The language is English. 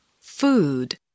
food